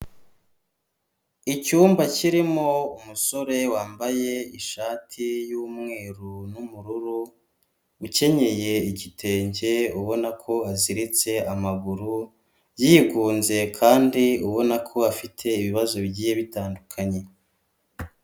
Icyumba kirimo umusore wambaye ishati y'umweru n'ubururu, ukenyeye igitenge ubona ko a aziritse amaguru yigunze kandi ubona ko afite ibibazo bigiye bitandukanye.